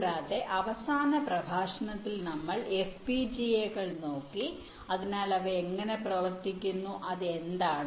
കൂടാതെ അവസാന പ്രഭാഷണത്തിൽ നമ്മൾ FPGA കൾ നോക്കി അതിനാൽ അവ എങ്ങനെ പ്രവർത്തിക്കുന്നു അത് എന്താണ്